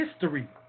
history